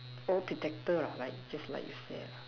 all protector right just like what you said